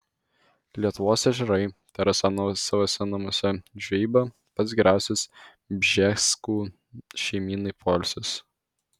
lietuvos ežerai terasa nuosavuose namuose žvejyba pats geriausias bžeskų šeimynai poilsis